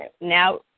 now